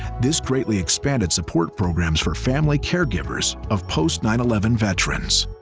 this greatly expanded support programs for family caregivers of post nine eleven veterans.